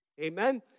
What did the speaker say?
Amen